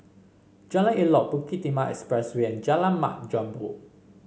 Jalan Elok Bukit Timah Expressway and Jalan Mat Jambol